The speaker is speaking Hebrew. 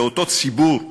לאותו ציבור,